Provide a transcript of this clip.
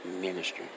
Ministry